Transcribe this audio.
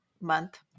month